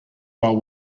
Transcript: while